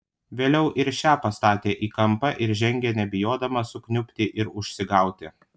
vėliau ir šią pastatė į kampą ir žengė nebijodama sukniubti ir užsigauti